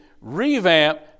revamp